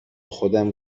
خودم